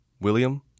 William